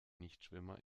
nichtschwimmer